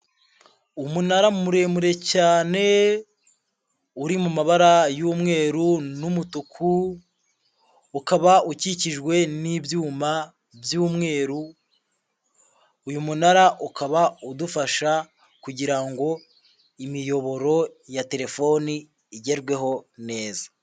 Umunara muremure cyane uri mu mabara y'umweru n'umutuku, ukaba ukikijwe n'ibyuma by'umweru, uyu munara ukaba udufasha kugira ngo imiyoboro ya telefoni igerweho neza.